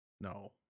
No